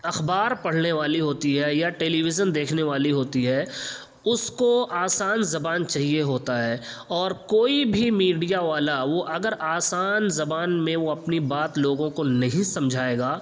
اخبار پڑھنے والی ہوتی ہے یا ٹیلی ویژن دیکھنے والی ہوتی ہے اس کو آسان زبان چاہیے ہوتا ہے اور کوئی بھی میڈیا والا وہ اگر آسان زبان میں وہ اپنی بات لوگوں کو نہیں سمجھائے گا